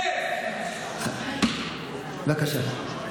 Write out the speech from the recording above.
1,000. בבקשה.